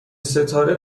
ستاره